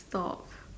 thoughts